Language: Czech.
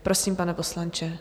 Prosím, pane poslanče.